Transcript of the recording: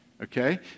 Okay